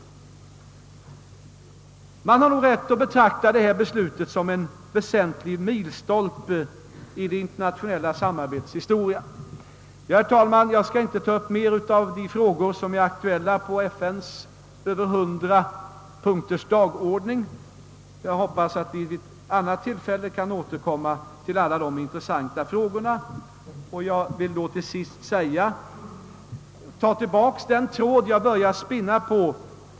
— Vi har nog rätt att betrakta beslutet som en milstolpe i det internationella samarbetets historia. Herr talman! Jag skall inte ta upp fler av de frågor som är aktuella på FN:s dagordning, vilken omfattar över 100 punkter. Jag hoppas att vi vid annat tillfälle kan återkomma till alla dessa intressanta frågor. Till sist vill jag spinna ytterligare något på den tråd jag inledningsvis drog fram.